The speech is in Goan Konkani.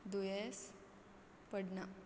दुयेंस पडना